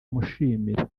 amushimira